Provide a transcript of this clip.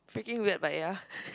freaking weird but yea